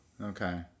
Okay